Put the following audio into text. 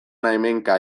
hemenka